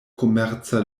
komerca